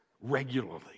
regularly